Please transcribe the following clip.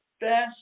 best